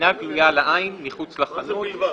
אינה גלויה לעין- - מה זה בלבד?